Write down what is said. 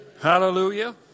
Hallelujah